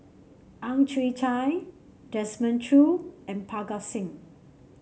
Ang Chwee Chai Desmond Choo and Parga Singh